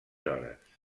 hores